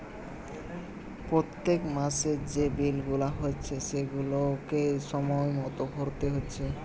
পোত্তেক মাসের যে বিল গুলা হচ্ছে সেগুলাকে সময় মতো ভোরতে হচ্ছে